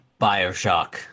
Bioshock